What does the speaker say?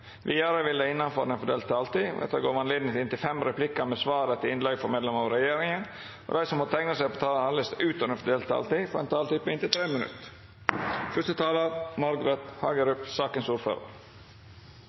Vidare vil det – innanfor den fordelte taletida – verta gjeve anledning til inntil fem replikkar med svar etter innlegg frå medlemer av regjeringa, og dei som måtte teikna seg på talarlista utover den fordelte taletida, får ei taletid på inntil 3 minutt.